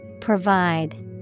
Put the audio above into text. Provide